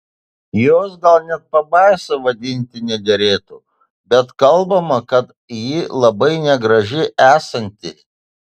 jos gal net pabaisa vadinti nederėtų bet kalbama kad ji labai negraži esanti